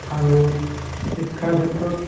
আৰু শিক্ষাৰ ক্ষেত্ৰত